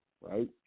right